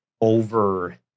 over